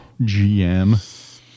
GM